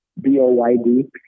B-O-Y-D